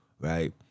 right